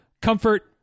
comfort